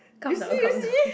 calm down calm down